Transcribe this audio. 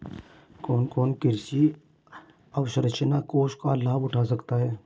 कौन कौन कृषि अवसरंचना कोष का लाभ उठा सकता है?